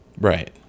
Right